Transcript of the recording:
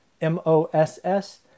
M-O-S-S